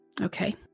Okay